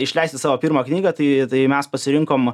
išleisti savo pirmą knygą tai tai mes pasirinkom